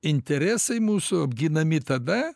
interesai mūsų apginami tada